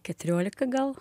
keturiolika gal